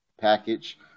Package